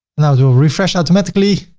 and that will do a refresh automatically.